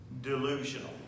delusional